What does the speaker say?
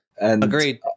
Agreed